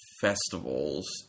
festivals